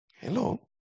Hello